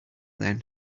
then